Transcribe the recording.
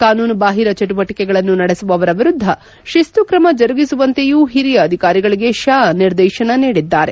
ಕಾನೂನು ಬಾಹಿರ ಚಟುವಟಿಕೆಗಳನ್ನು ನಡೆಸುವವರ ವಿರುದ್ದ ಶಿಸ್ತು ಕ್ರಮ ಜರುಗಿಸುವಂತೆಯೂ ಹಿರಿಯ ಅಧಿಕಾರಿಗಳಿಗೆ ಶಾ ನಿರ್ದೇಶನ ನೀಡಿದ್ದಾರೆ